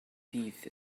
teeth